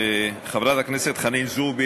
חברת הכנסת חנין זועבי,